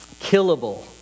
killable